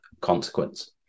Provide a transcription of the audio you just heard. consequence